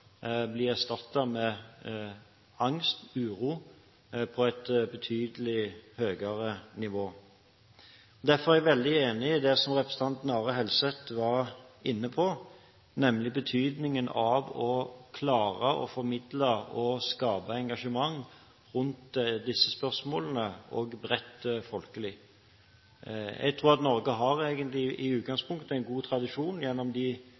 bli erstattet med angst, uro, på et betydelig høyere nivå. Derfor er jeg veldig enig i det som representanten Are Helseth var inne på, nemlig betydningen av å klare å formidle og skape et bredt folkelig engasjement rundt disse spørsmålene. Jeg tror at Norge i utgangspunktet egentlig har en god tradisjon gjennom de